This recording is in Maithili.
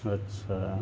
अच्छा